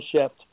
shift